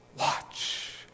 Watch